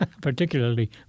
Particularly